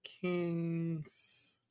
Kings